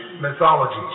mythologies